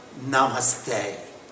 Namaste